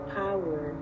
power